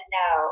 no